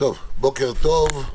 בוקר טוב,